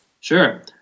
Sure